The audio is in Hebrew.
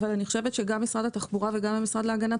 אבל אני חושבת שגם משרד התחבורה וגם המשרד להגנת